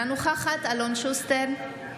אינה נוכחת אלון שוסטר,